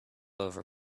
over